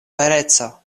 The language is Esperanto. vereco